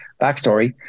Backstory